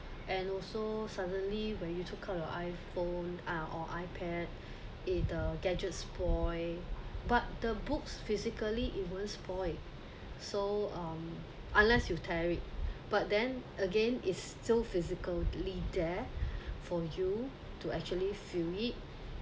and also suddenly where you took out your iphone or ipad the gadgets spoil but the books physically it won't spoil so um unless you tear it but then again is still physically there for you to actually feel it